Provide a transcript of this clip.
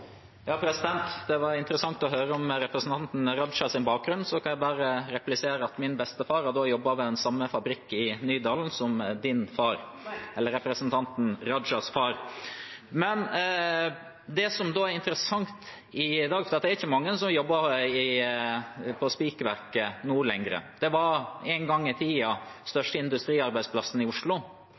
Det var interessant å høre om representanten Rajas bakgrunn. Jeg kan bare replisere at min bestefar har jobbet ved den samme fabrikken i Nydalen som representanten Rajas far. Men det som er interessant i dag, for det er ikke mange som jobber på Spigerverket nå lenger – det var en gang i tiden den største industriarbeidsplassen i Oslo